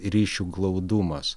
ryšių glaudumas